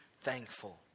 thankful